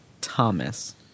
Thomas